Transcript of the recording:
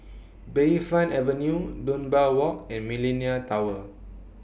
Bayfront Avenue Dunbar Walk and Millenia Tower